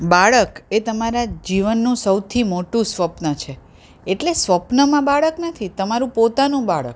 બાળક એ તમારા જીવનનું સૌથી મોટું સ્વપ્ન છે એટલે સ્વપ્નમાં બાળક નથી તમારું પોતાનું બાળક